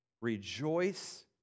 Rejoice